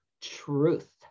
truth